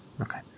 Okay